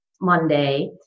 Monday